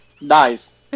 Nice